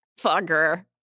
fucker